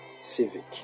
Civic